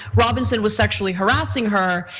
robinson was sexually harassing her.